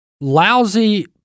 lousy